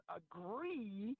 agree